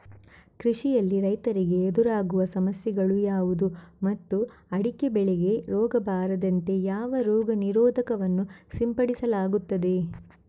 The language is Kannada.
ಕೃಷಿಯಲ್ಲಿ ರೈತರಿಗೆ ಎದುರಾಗುವ ಸಮಸ್ಯೆಗಳು ಯಾವುದು ಮತ್ತು ಅಡಿಕೆ ಬೆಳೆಗೆ ರೋಗ ಬಾರದಂತೆ ಯಾವ ರೋಗ ನಿರೋಧಕ ವನ್ನು ಸಿಂಪಡಿಸಲಾಗುತ್ತದೆ?